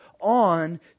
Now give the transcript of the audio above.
on